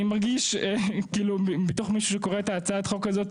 אני מרגיש בתור מישהו שקורא את הצעת החוק הזאת,